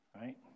right